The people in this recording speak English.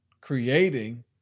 creating